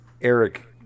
Eric